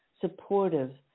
supportive